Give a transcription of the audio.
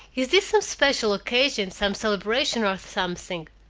is this some special occasion, some celebration or something?